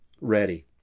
ready